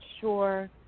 sure